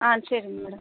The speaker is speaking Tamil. ஆ சரிங் மேடம்